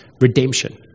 redemption